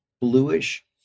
bluish